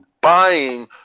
buying